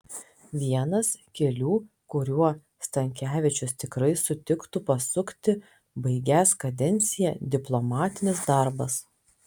vienas kelių kuriuo stankevičius tikrai sutiktų pasukti baigęs kadenciją diplomatinis darbas